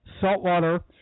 saltwater